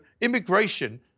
immigration